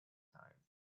time